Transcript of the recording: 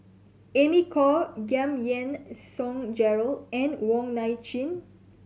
Amy Khor Giam Yean Song Gerald and Wong Nai Chin